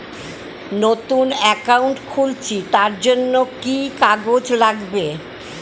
নতুন অ্যাকাউন্ট খুলছি তার জন্য কি কি কাগজ লাগবে?